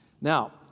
Now